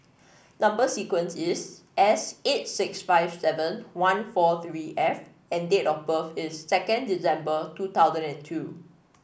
number sequence is S eight six five seven one four three F and date of birth is second December two thousand and two